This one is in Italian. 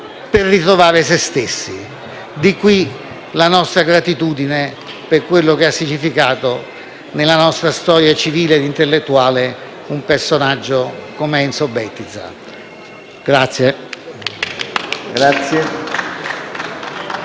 per ritrovare se stessi. Di qui, la nostra gratitudine per quello che ha significato nella nostra storia civile e intellettuale un personaggio come Enzo Bettiza. *(Applausi